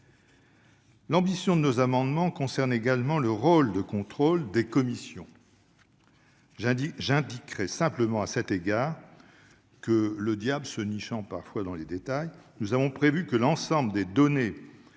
L'ambition sous-tendant nos amendements concerne également le rôle de contrôle des commissions. J'indique simplement à cet égard que, le diable se nichant parfois dans les détails, nous avons prévu que l'ensemble des données figurant